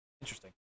Interesting